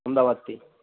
અમદાવાદથી